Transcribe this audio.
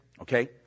Okay